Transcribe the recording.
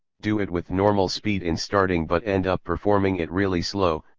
do it with normal speed in starting but end up performing it really slow,